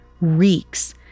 reeks